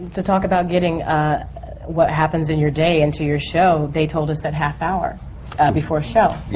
to talk about getting what happens in your day into your show, they told us at half hour before a show